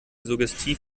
suggestiv